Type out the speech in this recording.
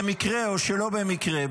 במקרה או שלא במקרה,